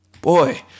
boy